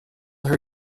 her